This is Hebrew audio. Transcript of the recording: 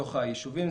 בתוך היישובים.